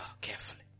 carefully